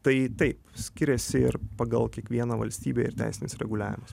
tai taip skiriasi ir pagal kiekvieną valstybę ir teisinis reguliavimas